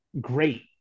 great